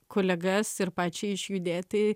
kolegas ir pačiai išjudėti